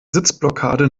sitzblockade